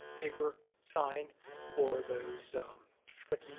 paper sign or those slicky